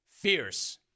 Fierce